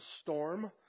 storm